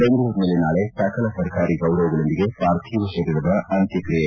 ಬೆಂಗಳೂರಿನಲ್ಲಿ ನಾಳೆ ಸಕಲ ಸರ್ಕಾರಿ ಗೌರವಗಳೊಂದಿಗೆ ಪಾರ್ಥಿವ ಶರೀರದ ಅಂತ್ಯಕ್ರಿಯೆ